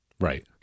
Right